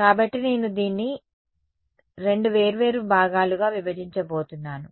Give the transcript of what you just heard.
కాబట్టి నేను దీన్ని రెండు వేర్వేరు భాగాలుగా విభజించబోతున్నాను